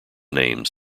names